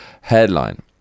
headline